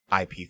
IP